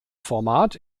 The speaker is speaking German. format